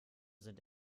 sind